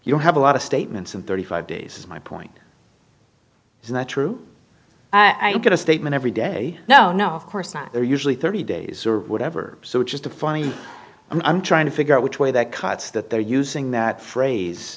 you don't have a lot of statements in thirty five days is my point is not true i get a statement every day no no of course not they're usually thirty days or whatever so it's just a funny i'm trying to figure out which way that cuts that they're using that phrase